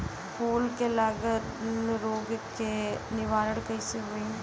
फूल में लागल रोग के निवारण कैसे होयी?